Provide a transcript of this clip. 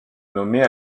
nommés